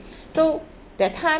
so that time